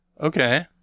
Okay